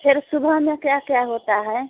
फ़िर सुबह में क्या क्या होता है